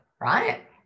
right